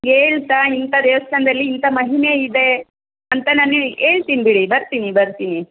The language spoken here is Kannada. ಹೇಳ್ತಾ ಇಂಥ ದೇವಸ್ಥಾನದಲ್ಲಿ ಇಂಥ ಮಹಿಮೆ ಇದೆ ಅಂತ ನಾನು ಹೇಳ್ತೀನಿ ಬಿಡಿ ಬರ್ತೀನಿ ಬರ್ತೀನಿ